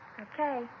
Okay